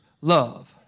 love